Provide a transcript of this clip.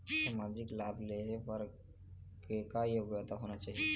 सामाजिक लाभ लेहे बर का योग्यता होना चाही?